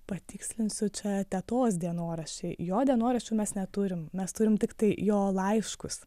patikslinsiu čia tetos dienoraščiai jo dienoraščių mes neturim mes turim tiktai jo laiškus